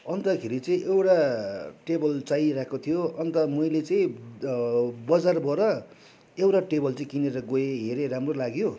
अन्तखेरि चाहिँ एउटा टेबल चाहिरहेको थियो अन्त मैले चाहिँ बजारबाट एउटा टेबल चाहिँ किनेर गएँ हेरेँ राम्रो लाग्यो